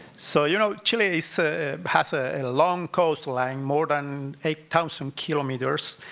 so you know, chile so has ah a long coastline, more than eight thousand kilometers,